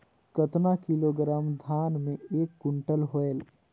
कतना किलोग्राम धान मे एक कुंटल होयल?